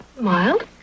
Mild